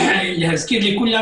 להזכיר לכולם,